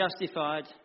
justified